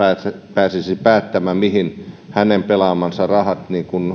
pääsisi päättämään mihin hänen pelaamansa rahat